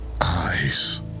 eyes